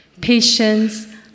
patience